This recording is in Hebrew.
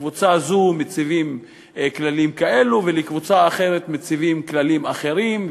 לקבוצה זאת מציבים כללים כאלה ולקבוצה אחרת מציבים כללים אחרים.